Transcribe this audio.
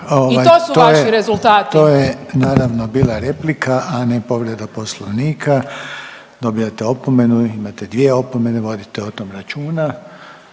(HDZ)** To je, to je naravno bila replika, a ne povreda Poslovnika. Dobivate opomenu, imate dvije opomene, vodite o tom računa.